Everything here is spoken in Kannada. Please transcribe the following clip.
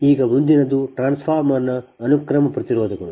ಈಗ ಮುಂದಿನದು ಟ್ರಾನ್ಸ್ಫಾರ್ಮರ್ನ ಅನುಕ್ರಮ ಪ್ರತಿರೋಧಗಳು